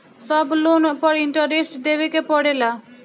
सब लोन पर इन्टरेस्ट देवे के पड़ेला?